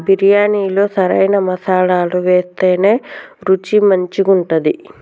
బిర్యాణిలో సరైన మసాలాలు వేత్తేనే రుచి మంచిగుంటది